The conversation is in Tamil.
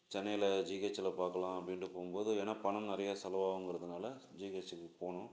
சென்னையில் ஜிஹெச்சியில் பார்க்கலாம் அப்படின்ட்டு போகும்போது ஏன்னால் பணம் நிறைய செலவாகுங்கிறதனால ஜிஹெச்சிக்கு போனோம்